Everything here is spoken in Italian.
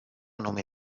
nome